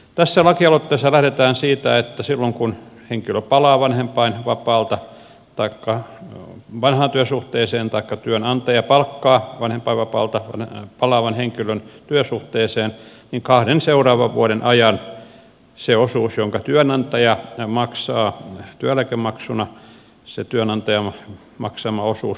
tässä lakialoitteessa lähdetään siitä että silloin kun henkilö palaa vanhempainvapaalta vanhaan työsuhteeseen taikka työnantaja palkkaa vanhempainvapaalta palaavan henkilön työsuhteeseen niin kahden seuraavan vuoden ajan se osuus jonka työnantaja maksaa työeläkemaksuna puolitettaisiin